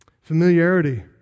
familiarity